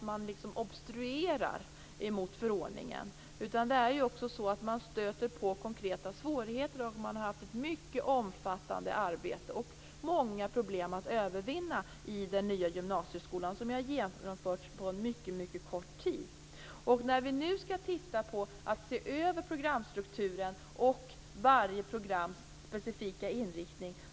Man obstruerar inte mot förordningen. Men man stöter på konkreta svårigheter, och man har haft ett mycket omfattande arbete och många problem att övervinna i den nya gymnasieskolan som ju har genomförts på mycket kort tid. Vi skall nu se över programstrukturen och varje programs specifika inriktning.